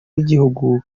w’igihugu